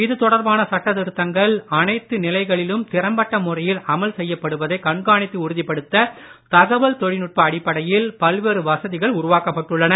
இது தொடர்பான சட்ட திருத்தங்கள் அனைத்து நிலைகளிலும் திறம்பட்ட முறையில் அமல் செய்யப்படுவதை கண்காணித்து உறுதிப்படுத்த தகவல் தொழில்நுட்ப அடிப்படையில் பல்வேறு வசதிகள் உருவாக்கப்பட்டுள்ளன